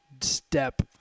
step